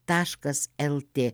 taškas lt